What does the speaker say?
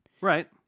Right